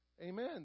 Amen